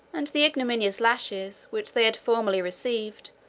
and the ignominious lashes, which they had formerly received,